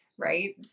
Right